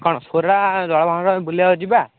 କ'ଣ ସୋରଡ଼ା ବୁଲିବାକୁ ଯିବା